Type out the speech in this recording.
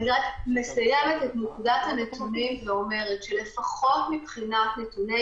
אני רק מסיימת את עניין הנתונים ואומרת שלפחות מבחינת נתוני